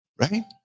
Right